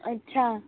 अच्छा